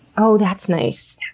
oh that's nice!